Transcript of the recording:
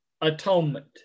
atonement